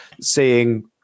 seeing